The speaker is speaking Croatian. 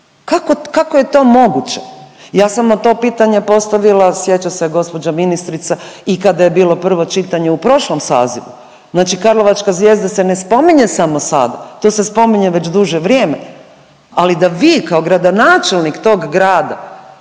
Kako je to moguće? Ja sam na to pitanje postavila sjeća se gospođa ministrica i kada je bilo prvo čitanje u prošlom sazivu. Znači karlovačka Zvijezda se ne spominje samo sada. To se spominje već duže vrijeme, ali da vi kao gradonačelnik tog grada